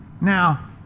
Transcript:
Now